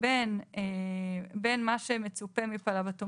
שהם יבצעו.